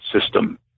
system